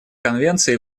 конвенции